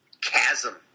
chasm